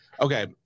okay